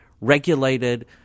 regulated